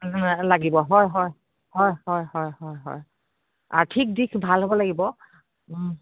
লাগিব হয় হয় হয় হয় হয় হয় হয় আৰ্থিক দিশ ভাল হ'ব লাগিব